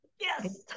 Yes